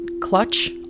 clutch